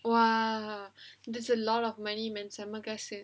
!wow! there's a lot of many money செம்ம காசு:semma kaasu